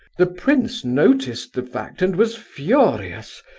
the prince noticed the fact and was furious.